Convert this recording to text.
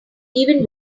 even